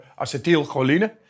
acetylcholine